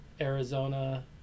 Arizona